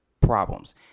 problems